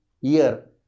year